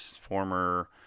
former